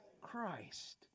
Christ